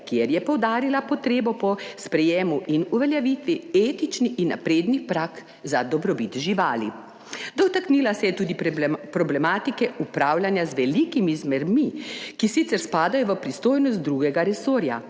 kjer je poudarila potrebo po sprejemu in uveljavitvi etični in napredni prag za dobrobit živali. Dotaknila se je tudi problematike upravljanja z velikimi smermi, ki sicer spadajo v pristojnost drugega resorja,